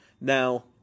Now